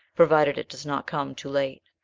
provided it does not come too late!